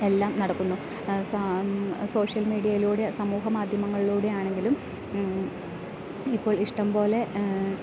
എല്ലാം നടക്കുന്നു സോഷ്യൽ മീഡിയയിലൂടെ സമൂഹ മാധ്യമങ്ങളിലൂടെ ആണെങ്കിലും ഇപ്പോൾ ഇഷ്ടം പോലെ